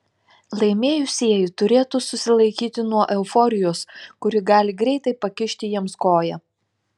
laimėjusieji turėtų susilaikyti nuo euforijos kuri gali greitai pakišti jiems koją